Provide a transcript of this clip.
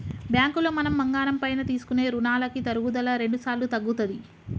బ్యాంకులో మనం బంగారం పైన తీసుకునే రుణాలకి తరుగుదల రెండుసార్లు తగ్గుతది